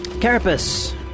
Carapace